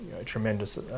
tremendous